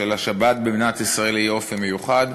שלשבת במדינת ישראל יהיה אופי מיוחד,